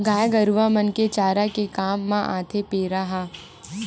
गाय गरुवा मन के चारा के काम म आथे पेरा ह